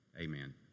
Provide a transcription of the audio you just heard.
Amen